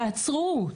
תעצרו,